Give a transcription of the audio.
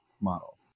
model